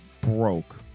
broke